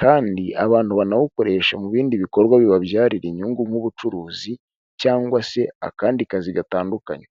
kandi abantu banawukoreshe mu bindi bikorwa bibabyarira inyungu nk'ubucuruzi, cyangwa se akandi kazi gatandukanye.